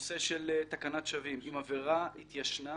הנושא של תקנת השבים אם עבירה התיישנה,